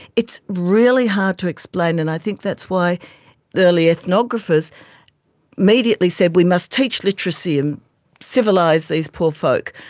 it's really hard to explain and i think that's why early ethnographers immediately said we must teach literacy and civilise these poor folk,